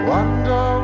Wonder